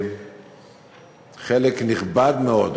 שחלק נכבד מאוד,